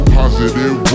positive